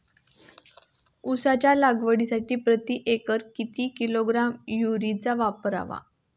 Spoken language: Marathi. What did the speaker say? उसाच्या लागवडीसाठी प्रति एकर किती किलोग्रॅम युरिया वापरावा?